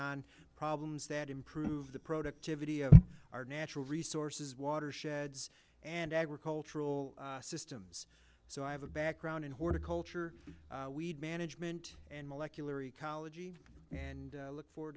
on problems that improve the productivity of our natural resources watersheds and agricultural systems so i have a background in horticulture weed management and molecular ecology and i look